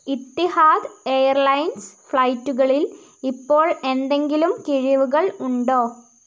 Etihad airlines ഫ്ലൈറ്റുകളിൽ ഇപ്പോൾ എന്തെങ്കിലും കിഴിവുകൾ ഉണ്ടോ